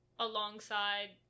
alongside